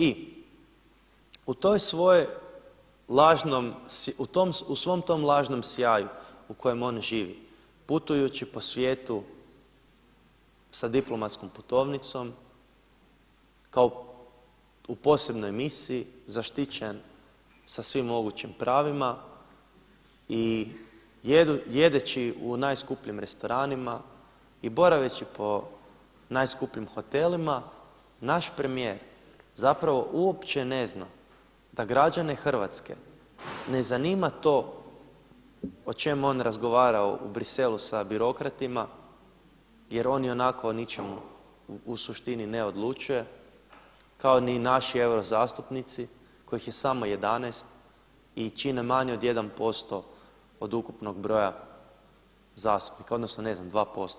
I u svom tom lažnom sjaju u kojem on živi, putujući po svijetu sa diplomatskom putovnicom kao u posebnoj misiji zaštićen, sa svim mogućim pravima i jedeći u najskupljim restoranima i boraveći po najskupljim hotelima, naš premijer zapravo uopće ne zna da građane Hrvatske ne zanima to o čemu on razgovara u Bruxellesu sa birokratima, jer on i onako o ničemu u suštini ne odlučuje kao ni naši eurozastupnici kojih je samo 11 i čine manje o 1% od ukupnog broja zastupnika odnosno ne znam 2%